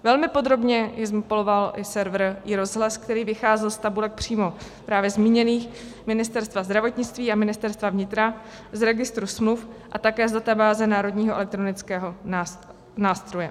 Velmi podrobně je zmapoval i server iROZHLAS, který vycházel z tabulek přímo právě zmíněných, Ministerstva zdravotnictví a Ministerstva vnitra, z registru smluv a také z databáze Národního elektronického nástroje.